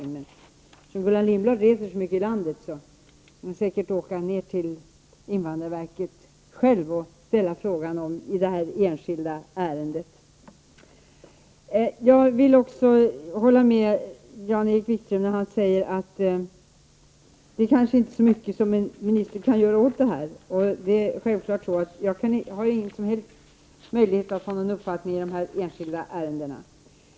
Eftersom Gullan Lindblad reser så mycket i landet kan hon säkert själv åka till invandrarverket och ställa frågor om detta enskilda ärende. Jag håller med Jan-Erik Wikström när han säger att det kanske inte är så mycket en minister kan göra åt detta. Jag har självfallet ingen möjlighet att ha en uppfattning i dessa enskilda ärenden.